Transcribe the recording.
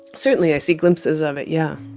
certainly i see glimpses of it, yeah.